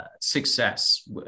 success